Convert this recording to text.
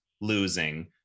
losing